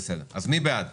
מי בעד,